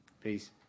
Peace